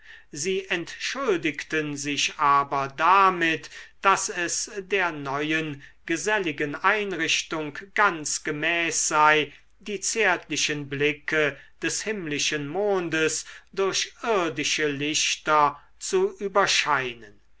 sie entschuldigten sich aber damit daß es der neuen geselligen einrichtung ganz gemäß sei die zärtlichen blicke des himmlischen mondes durch irdische lichter zu überscheinen